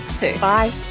bye